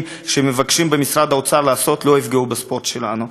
שמבקש משרד האוצר לא יפגעו בספורט שלנו.